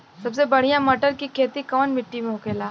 सबसे बढ़ियां मटर की खेती कवन मिट्टी में होखेला?